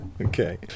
Okay